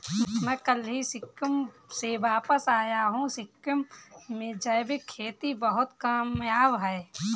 मैं कल ही सिक्किम से वापस आया हूं सिक्किम में जैविक खेती बहुत कामयाब है